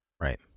right